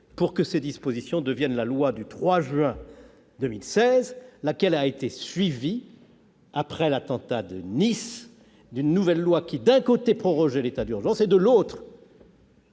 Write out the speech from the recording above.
pour que ces dispositions deviennent la loi du 3 juin 2016, suivie après l'attentat de Nice d'une nouvelle loi qui, d'un côté prorogeait l'état d'urgence, et, de l'autre,